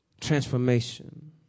Transformation